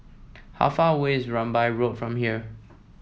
how far away is Rambai Road from here